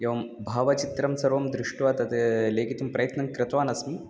एवं भावचित्रं सर्वं दृष्ट्वा तद् लेखितुं प्रयत्नं कृतवान् अस्मि